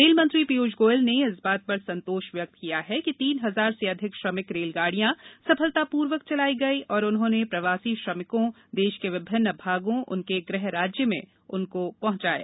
rail मंत्री पीयूष गोयल ने इस बात पर संतोष व्यक्त किया है कि तीन हजार से अधिक श्रमिक रेलगाडियां सफलतापूर्वक चलाई गयी और उन्होंने प्रवासी श्रमिकों देश के विभिन्न भागों उनके गृह राज्य में पहंचाया